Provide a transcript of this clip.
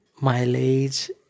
mileage